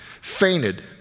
fainted